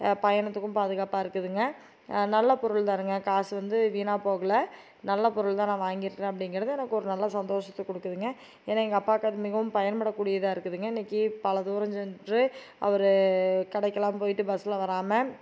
பயணத்துக்கும் பாதுகாப்பாக இருக்குதுங்க நல்ல பொருள் தானுங்க காசு வந்து வீணாக போகலை நல்ல பொருள் தான் நான் வாங்கிருக்குறேன் அப்படிங்கிறது எனக்கு ஒரு நல்ல சந்தோஷத்தை கொடுக்குதுங்க ஏன்னா எங்கள் அப்பாக்கு அது மிகவும் பயன்படக்கூடியதாக இருக்குதுங்க இன்னைக்கு பல தூரம் சென்று அவரு கடைக்கெல்லாம் போயிவிட்டு பஸ்ஸில் வராம